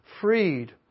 freed